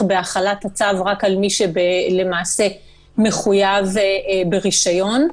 בהחלת הצו רק על מי שלמעשה מחויב ברישיון.